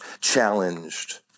challenged